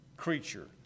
creature